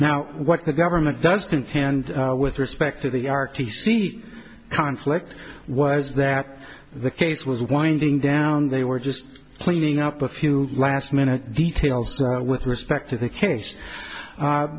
now what the government does contend with respect to the r t c conflict was that the case was winding down they were just cleaning up a few last minute details with respect to the case